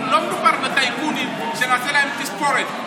לא מדובר בטייקונים שנעשה להם תספורת,